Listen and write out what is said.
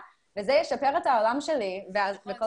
אבל בזכות החברים שלי והמפקדים,